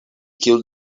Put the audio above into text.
kiu